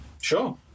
Sure